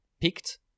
Picked